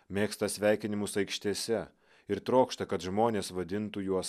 mėgsta sveikinimus aikštėse ir trokšta kad žmonės vadintų juos